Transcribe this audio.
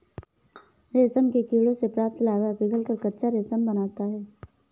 रेशम के कीड़ों से प्राप्त लार्वा पिघलकर कच्चा रेशम बनाता है